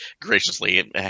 graciously